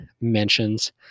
mentions